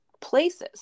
places